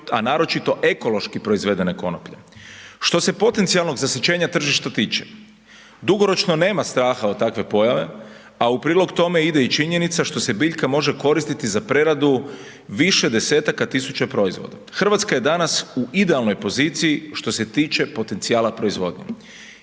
a naročito ekološki proizvedena konoplja. Što se potencijalnog zasićenja tržišta tiče, dugoročno nema straha od takve pojave, a u prilog tome ide i činjenica što se biljka može koristiti za preradu više desetaka tisuća proizvoda. Hrvatska je danas u idealnoj poziciji što se tiče potencijala proizvodnje.